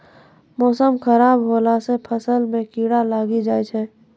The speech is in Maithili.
मौसम खराब हौला से फ़सल मे कीड़ा लागी जाय छै?